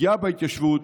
פגיעה בהתיישבות,